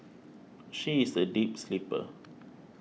she is a deep sleeper